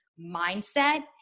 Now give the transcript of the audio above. mindset